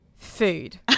Food